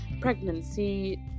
pregnancy